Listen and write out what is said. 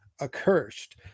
accursed